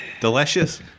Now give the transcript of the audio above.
Delicious